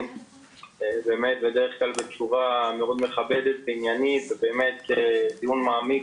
באמת בדרך כלל בצורה מאוד מכבדת ועניינית ובאמת דיון מעמיק